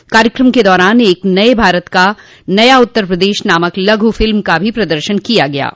कार्यकम के दौरान एक नये भारत का नया उत्तर प्रदेश नामक लघु फिल्म का भी प्रदर्शन किया गया